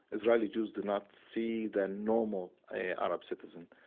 israeli jews do not see the normal arab citizen.